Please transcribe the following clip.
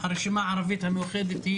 הרשימה הערבית המאוחדת,